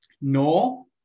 no